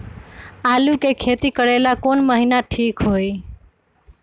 आलू के खेती करेला कौन महीना ठीक होई?